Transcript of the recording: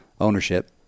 Ownership